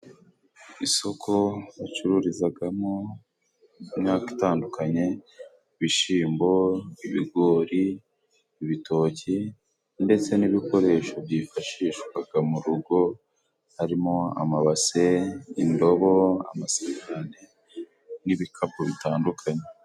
Isoko bacururizagamo imyaka itandukanye, ibishyimbo, ibigori, ibitoki ndetse n'ibikoresho byifashishwaga mu rugo, harimo amabase, indobo, amasahane n'ibikapu bitandukanye.